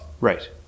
Right